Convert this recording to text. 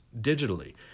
digitally